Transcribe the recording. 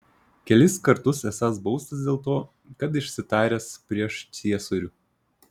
kelis kartus esąs baustas dėl to kad išsitaręs prieš ciesorių